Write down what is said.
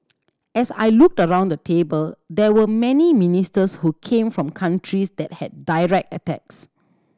as I looked around the table there were many ministers who came from countries that had direct attacks